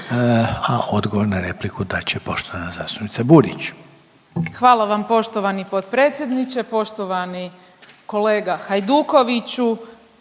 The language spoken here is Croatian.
A odgovor na repliku dat će poštovana zastupnica Burić. **Burić, Majda (HDZ)** Hvala vam poštovani potpredsjedniče. Poštovani kolega Hajdukoviću.